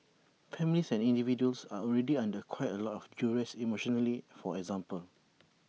families and individuals are already under quite A lot of duress emotionally for example